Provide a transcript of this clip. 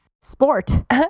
sport